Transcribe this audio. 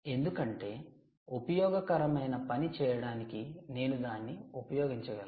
ఎందుకంటే ఉపయోగకరమైన పని చేయడానికి నేను దాన్ని ఉపయోగించగలను